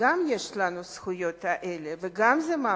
גם לנו יש זכויות וגם זה מאבק.